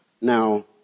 Now